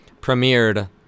premiered